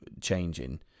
changing